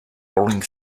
rolling